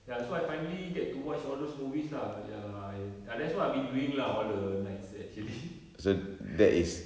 ya so I finally get to watch all those movies lah ya I ah that's what I've been doing lah all the nights actually